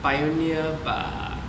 pioneer bah